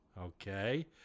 Okay